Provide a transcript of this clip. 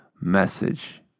message